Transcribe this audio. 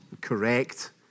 correct